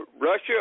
Russia